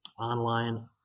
online